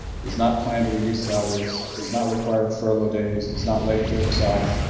does not plan to reduce salaries, does not require a furlough days, does not lay fields off,